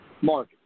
Mark